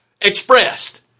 expressed